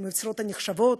למשרות הנחשבות,